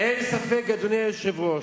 אין ספק, אדוני היושב-ראש,